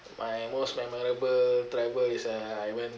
my most memorable travel is uh I went